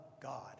God